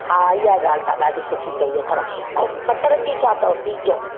हा इहा ॻाल्हि त ॾाढी सुठी चई अथव ऐं मटर कीअं कया अथव पीज